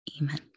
Amen